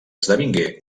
esdevingué